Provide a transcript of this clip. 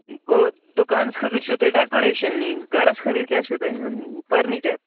گوٚو دُکانَس خٲطرٕ چھُو تۄہہِ ڈیکوٗریشَن نِنۍ گَرَس خٲطرٕ کیٛاہ چھُو تۄہہِ نِیُن فٔرنیٖچَر